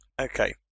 Okay